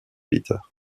peter